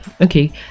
okay